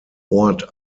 ort